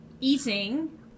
eating